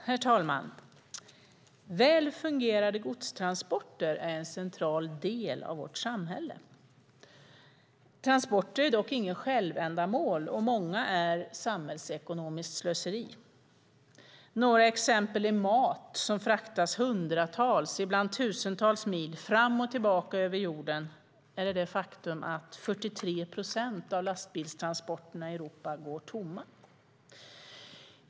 Herr talman! Väl fungerande godstransporter är en central del av vårt samhälle. Transporter är dock inget självändamål, och många är samhällsekonomiskt slöseri. Några exempel är mat som fraktas hundratals, ibland tusentals, mil fram och tillbaka över jorden och det faktum att 43 procent av lastbilstransporterna i Europa går tomma.